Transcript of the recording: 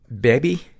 Baby